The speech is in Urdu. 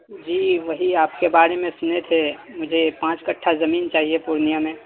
جی وہی آپ کے بارے میں سنے تھے مجھے پانچ کٹا زمین چاہیے پورنیہ میں